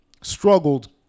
struggled